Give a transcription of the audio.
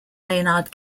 maynard